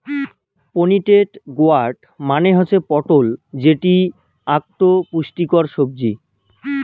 pointed gourd মানে হসে পটল যেটি আকটো পুষ্টিকর সাব্জি